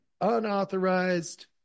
unauthorized